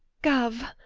gov,